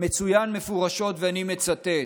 מצוין מפורשות, ואני מצטט: